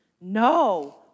No